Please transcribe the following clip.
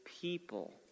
people